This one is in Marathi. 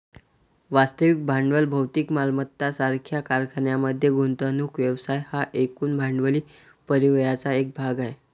वास्तविक भांडवल भौतिक मालमत्ता सारख्या कारखान्यांमध्ये गुंतवणूक व्यवसाय हा एकूण भांडवली परिव्ययाचा एक भाग आहे